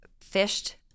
fished